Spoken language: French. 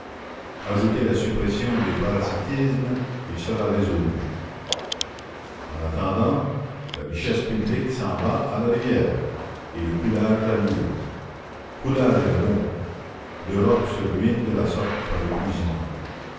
ajoutez la suppression des parasitismes il sera résolu en attendant la richesse publique s'en va à la rivière et le coulage a lieu coulage est le mot l'europe se ruine de la sorte par épuisement